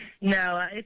No